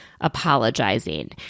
apologizing